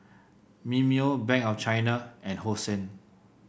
Mimeo Bank of China and Hosen